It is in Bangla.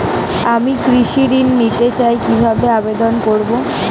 আমি কৃষি ঋণ নিতে চাই কি ভাবে আবেদন করব?